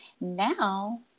now